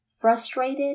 frustrated